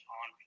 on